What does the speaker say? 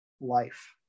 life